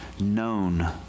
known